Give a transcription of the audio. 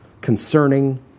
concerning